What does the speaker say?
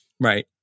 Right